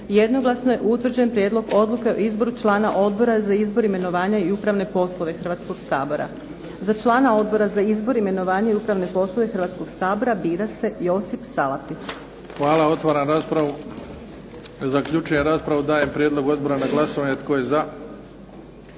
jednoglasno je utvrđen prijedlog odluke o izboru člana Odbor za izbor, imenovanja i upravne poslove Hrvatskog sabora. Za člana Odbora za izbor, imenovanje i upravne poslove Hrvatskog sabora bira se Josip Salapić. **Bebić, Luka (HDZ)** Hvala. Otvaram raspravu. Zaključujem raspravu. Dajem prijedlog odbora na glasovanje. Tko je za?